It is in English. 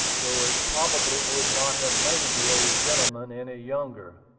though it probably would not have made the old gentleman any younger,